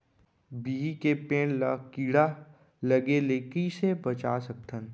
बिही के पेड़ ला कीड़ा लगे ले कइसे बचा सकथन?